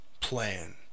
plan